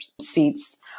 seats